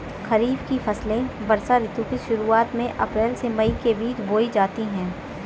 खरीफ की फसलें वर्षा ऋतु की शुरुआत में अप्रैल से मई के बीच बोई जाती हैं